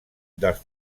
dels